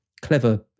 clever